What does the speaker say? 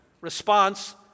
response